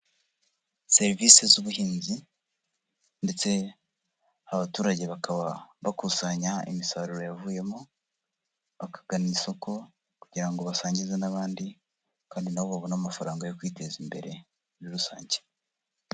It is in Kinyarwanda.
Serivisi z'ubuhinzi ndetse abaturage bakaba bakusanya imisaruro yavuyemo, bakagana isoko kugira ngo basangize n'abandi kandi na bo babone amafaranga yo kwiteza imbere muri rusange.